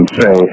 say